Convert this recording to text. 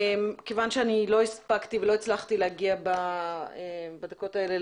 כיוון שלא הספקתי ולא הצלחתי להגיע בדקות האלה,